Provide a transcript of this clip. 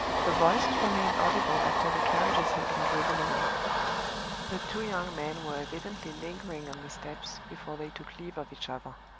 the voices remained audible after the carriages had been driven away the two young men were evidently lingering on the steps before they took leave of each other.